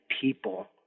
people